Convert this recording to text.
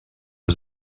was